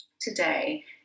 today